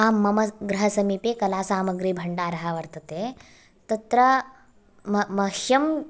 आम् मम गृहसमीपे कलासामग्रीभण्डार वर्तते तत्र म मह्यं